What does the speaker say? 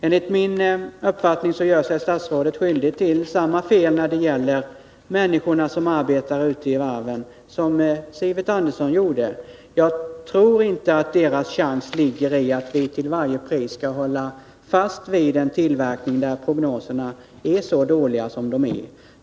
Enligt min uppfattning gör sig statsrådet skyldig till samma fel när det gäller människorna som arbetar i varven som Sivert Andersson gjorde. Jag tror inte att deras chans ligger i att vi till varje pris håller fast vid en tillverkning där prognoserna är så dåliga som de är inom varvsnäringen.